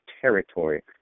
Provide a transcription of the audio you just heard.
territory